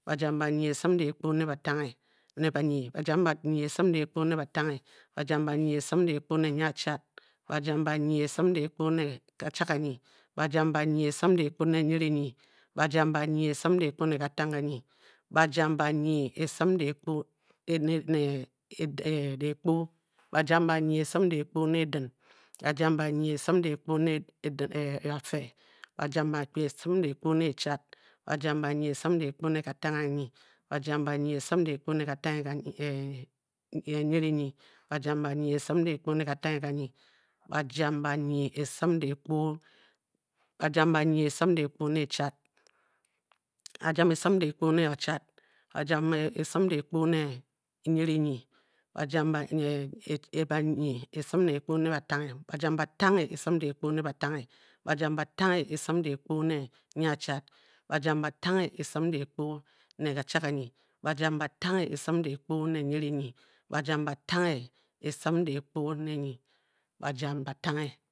Bajam banyi esim dehkpo ne banyi. bajam banyi esim dehkpo ne batanghe. bajam banyi esim dehkpo ne nyiachad. bajam banyi esim dehkpo ne kachadganyi. bajam banyi esim dehkpo ne nyirinyi. bajam banyi esim dehkpo ne katangheganyi. bajam banyi esim dehkpo ne dehkpo. bajam banyi esim dehkpo ne dii. bajam banyi esim dehkpo ne bafe. bajam banyi esim dehkpo ne echad. bajsm banyi esim dehkpo ne katangheganyi. bajam banyi esim dehkpo ne nyirinyi. bajam banyi esim dehkpo ne katangheganyi. bajam banyi esim dehkpo. bajam banyi esim dehkpo ne echad. bajam banyi esim dehkpo ne bachad. bajam banyi esim dehkpo be nyirinyi bajam banyi esim dehkpo. ne batanghe. bajam batangle esim dehkpo ne batanghe batanghe esim dehkpo ne nyiachad. bajam batanghe esim dehkpo ne kachadganyi. bajsam batanghe esim dehkpo ne nyirinyi. bajam batanghe esim dehkpo ne. bajam batanghe.